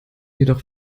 jedoch